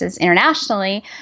internationally